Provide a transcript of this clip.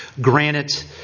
granite